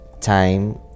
time